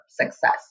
success